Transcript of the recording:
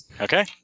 Okay